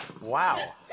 wow